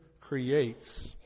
creates